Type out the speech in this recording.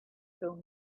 through